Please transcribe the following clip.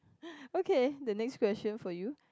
okay the next question for you